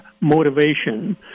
motivation